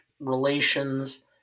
Relations